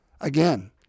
Again